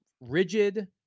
rigid